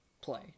play